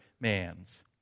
man's